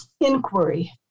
inquiry